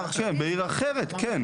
בעיר אחרת כן.